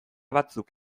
batzuk